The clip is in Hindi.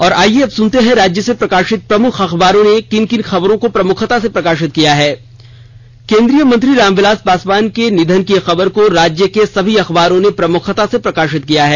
और आईये अब सुनते हैं राज्य से प्रकाशित प्रमुख अखबारों ने किन किन खबरों को प्रमुखता से प्रकाशित ॅकिया है केन्द्रीय मंत्री राम विलास पासवान के निधन की खबर को राज्य की सभी अखबारों ने प्रमुखता से प्रकाशित किया है